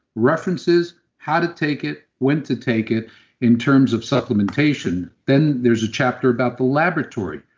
references, how to take it, when to take it in terms of supplementation. then there's a chapter about the laboratory,